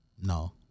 no